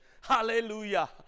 hallelujah